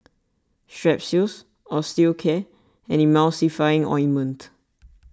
Strepsils Osteocare and Emulsying Ointment